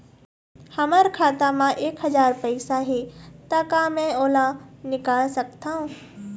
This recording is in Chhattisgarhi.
हमर खाता मा एक हजार पैसा हे ता का मैं ओला निकाल सकथव?